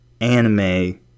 anime